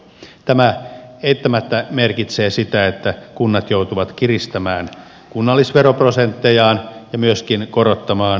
tämä eittämättä merkitsee sitä että kunnat joutuvat kiristämään kunnallisveroprosenttejaan ja myöskin korottamaan kiinteistöveroprosenttejaan